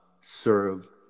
serve